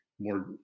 more